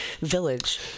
village